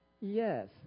Yes